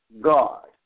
God